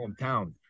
hometown